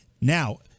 now